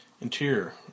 Interior